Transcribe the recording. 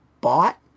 bought